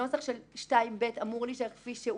הנוסח של 2(ב) אמור להישאר כפי שהוא,